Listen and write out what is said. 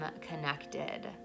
connected